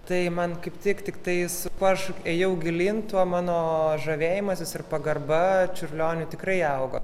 tai man kaip tiek tiktais aš ėjau gilyn tuo mano žavėjimas jis ir pagarba čiurlioniui tikrai augo